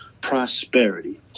prosperity